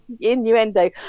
innuendo